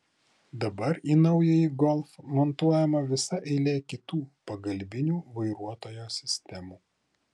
dabar į naująjį golf montuojama visa eilė kitų pagalbinių vairuotojo sistemų